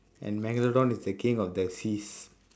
and megalodon is the king of the seas